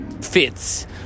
fits